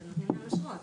אתם נותנים להם אשרות.